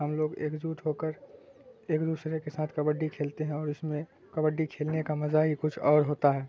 ہم لوگ ایک جٹ ہو کر ایک دوسرے کے ساتھ کبڈی کھیلتے ہیں اور اس میں کبڈی کھیلنے کا مزہ ہی کچھ اور ہوتا ہے